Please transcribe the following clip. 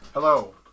Hello